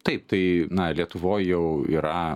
taip tai na lietuvoj jau yra